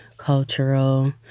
Cultural